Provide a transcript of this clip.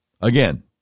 Again